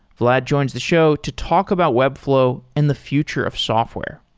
vlad joins the show to talk about webflow and the future of software.